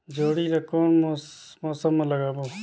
जोणी ला कोन मौसम मा लगाबो?